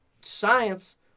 science